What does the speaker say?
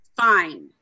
fine